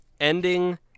ending